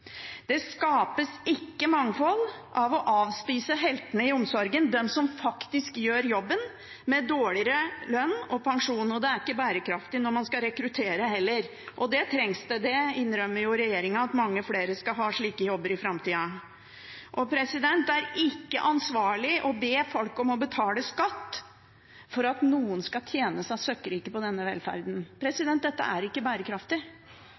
Det skapes ikke mangfold av å avspise heltene i omsorgen, de som faktisk gjør jobben, med dårligere lønn og pensjon. Det er heller ikke bærekraftig når man skal rekruttere, og det trengs. Det innrømmer jo regjeringen, at mange flere skal ha slike jobber i framtida. Det er ikke ansvarlig å be folk om å betale skatt for at noen skal tjene seg søkkrike på denne velferden. Dette er ikke bærekraftig.